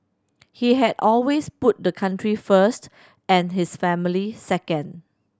he had always put the country first and his family second